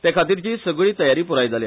ते खातीरची सगळी तयारी प्राय जाल्या